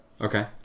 Okay